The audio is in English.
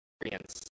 experience